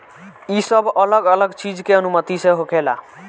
ई सब अलग अलग चीज के अनुमति से होखेला